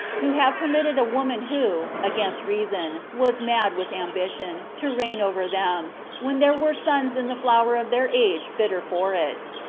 who have permitted a woman who, against reason, was mad with ambition, to reign over them, when there were sons in the flower of their age fitter for it.